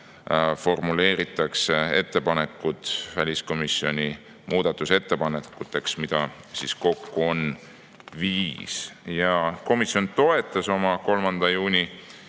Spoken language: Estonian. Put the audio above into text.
formuleeritakse ettepanekud väliskomisjoni muudatusettepanekuteks, mida kokku on viis. Komisjon toetas oma 3. juuni